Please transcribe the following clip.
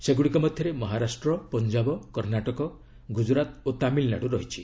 ସେଗ୍ରଡ଼ିକ ମଧ୍ୟରେ ମହାରାଷ୍ଟ୍ର ପଞ୍ଜାବ କର୍ଷ୍ଣାଟକ ଗୁଜରାତ ଓ ତାମିଲ୍ନାଡୁ ରହିଛି